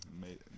made